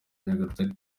nyagatare